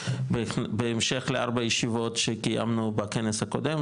בהמשך לארבע ישיבות שקיימנו בכנס הקודם,